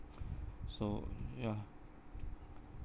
so ya